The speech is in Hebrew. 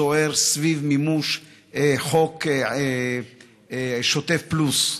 סוער, סביב מימוש חוק שוטף פלוס.